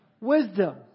Wisdom